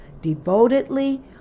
devotedly